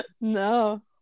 No